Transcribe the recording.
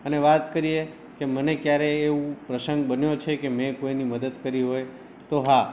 અને વાત કરીએ કે મને ક્યારેય એવું પ્રસંગ બન્યો છે કે મેં કોઈની મદદ કરી હોય તો હા